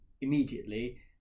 immediately